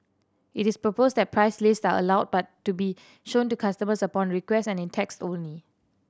it is proposed that price lists are allowed but to be shown to customers upon request and in text only